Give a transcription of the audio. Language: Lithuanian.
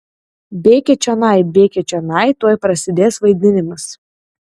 bėkit čionai bėkit čionai tuoj prasidės vaidinimas